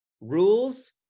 Rules